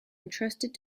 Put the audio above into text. entrusted